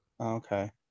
okay